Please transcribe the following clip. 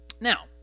Now